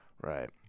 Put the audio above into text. Right